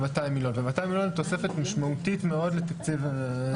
200 מיליון היא תוספת משמעותית מאוד לתקציב מעונות היום.